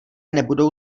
nebudou